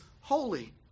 holy